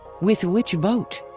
with which boat?